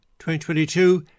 2022